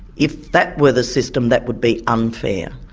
if that were the system, that would be unfair.